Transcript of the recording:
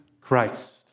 Christ